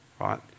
Right